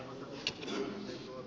ei ed